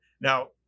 Now